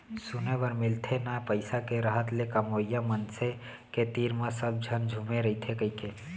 सुने बर मिलथे ना पइसा के रहत ले कमवइया मनसे के तीर म सब झन झुमे रइथें कइके